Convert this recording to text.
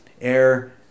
Air